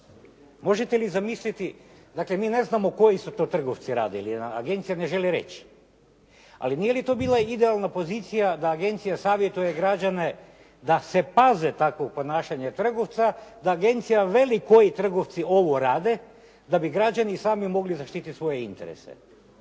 Možete li zamisliti, dakle mi ne znamo koji su to trgovci radili jer nam agencija ne želi reći, ali nije li to bila idealna pozicija da agencija savjetuje građane da se paze takvog ponašanja trgovca da agencija veli koji trgovci ovo rade da bi građani sami mogli zaštititi svoje interese.